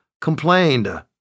complained